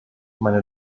meine